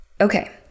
okay